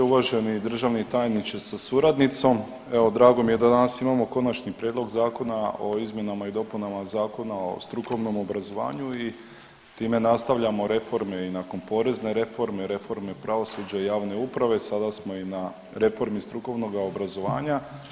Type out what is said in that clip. Uvaženi državni tajniče sa suradnicom, evo drago mi je da danas imamo Konačni prijedlog Zakona o izmjenama i dopunama Zakona o strukovnom obrazovanju i time nastavljamo reforme i nakon porezne reforme, reforme pravosuđa i javne uprave sada smo i na reformi strukovnoga obrazovanja.